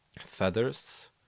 feathers